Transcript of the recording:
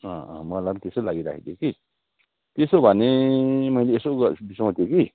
मलाई त्यस्तो लागिराखेको थियो कि त्यसो भने मैले यसो गर सोचे कि